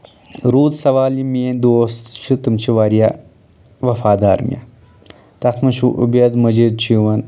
روٗد سوال یِم میٲنۍ دوس چھِ تِم چھِ واریاہ وفادار مےٚ تَتھ منٛز چھُ عُبید مجید چھُ یِوان